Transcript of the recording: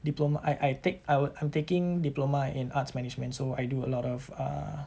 diploma I I take I wou~ I'm taking diploma in arts management so I do a lot of uh